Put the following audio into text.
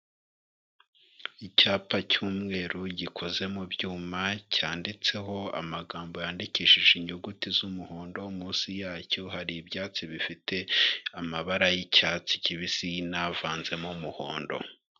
Icyapa cy'umweru gikoze mu byuma cyanditseho amagambo yandikishije inyuguti z'umuhondo, munsi yacyo hari ibyatsi bifite amabara y'icyatsi kibisi n'avanzemo umuhondo.